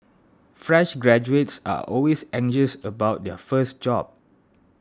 fresh graduates are always anxious about their first job